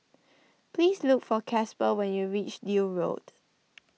please look for Casper when you reach Deal Road